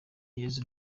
yezu